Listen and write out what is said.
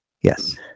Yes